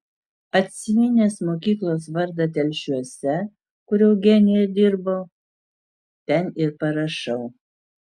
atsiminęs mokyklos vardą telšiuose kur eugenija dirbo ten ir parašau